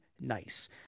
nice